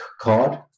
card